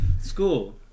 school